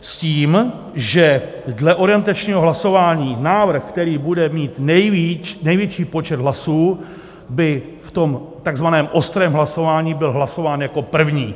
S tím, že dle orientačního hlasování návrh, který bude mít největší počet hlasů, by v tom takzvaném ostrém hlasování byl hlasován jako první.